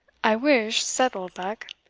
i wish, said oldbuck,